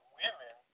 women